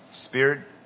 spirit